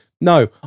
No